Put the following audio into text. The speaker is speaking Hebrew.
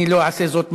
אני לא אעשה זאת,